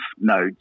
nodes